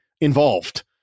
involved